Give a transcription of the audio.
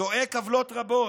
זועק עוולות רבות,